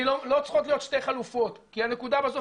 לא צריכות להיות שתי חלופות כי הנקודה בסוף